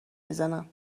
میزنن